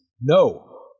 No